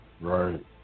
right